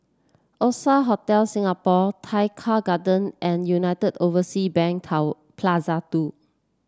Oasia Hotel Singapore Tai Keng Garden and United Oversea Bank Cover Plaza Two